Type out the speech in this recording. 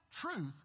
truth